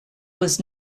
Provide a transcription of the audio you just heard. was